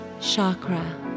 chakra